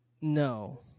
No